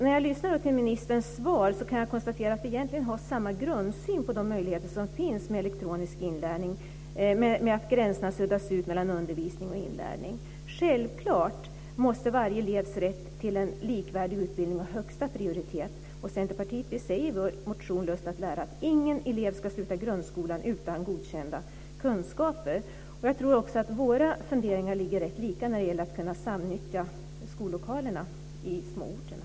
När jag lyssnar till ministerns svar kan jag konstatera att vi egentligen har samma grundsyn på de möjligheter som finns med elektronisk inlärning, med att gränserna suddas ut mellan undervisning och inlärning. Självklart måste varje elevs rätt till en likvärdig utbildning ha högsta prioritet. Vi i Centerpartiet säger i vår motion Lust att lära att ingen elev ska sluta grundskolan utan godkända kunskaper. Jag tror också att våra funderingar ligger rätt lika när det gäller att kunna samnyttja skollokaler i småorterna.